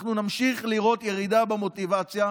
אנחנו נמשיך לראות ירידה במוטיבציה,